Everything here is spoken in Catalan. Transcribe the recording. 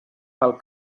del